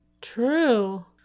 True